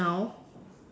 now